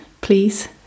please